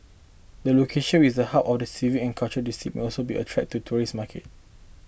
the location with the hub of the civic and cultural district may also be attract to tourist market